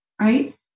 right